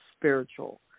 spiritual